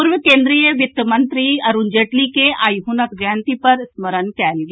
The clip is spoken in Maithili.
पूर्व केंद्रीय वित्त मंत्री अरूण जेटली के आइ हुनक जयंती पर स्मरण कयल गेल